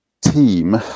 team